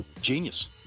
Genius